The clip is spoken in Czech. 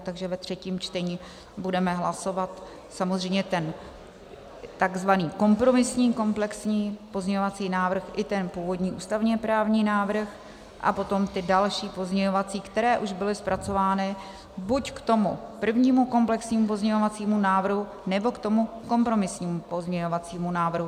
Takže ve třetím čtení budeme hlasovat samozřejmě ten takzvaný kompromisní komplexní pozměňovací návrh i ten původní ústavněprávní návrh a potom ty další pozměňovací návrhy, které už byly zpracovány buď k tomu prvnímu komplexnímu pozměňovacímu návrhu, nebo k tomu kompromisnímu pozměňovacímu návrhu.